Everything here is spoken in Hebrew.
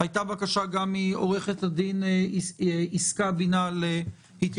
הייתה בקשה גם של עו"ד יסכה בינה להתייחס.